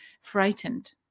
frightened